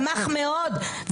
שמח מאוד.